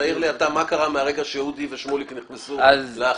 תאיר לי אתה מה קרה מהרגע שאודי ושמוליק נכנסו לחדר.